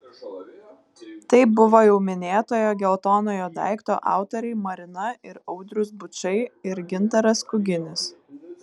tai buvo jau minėtojo geltonojo daikto autoriai marina ir audrius bučai ir gintaras kuginis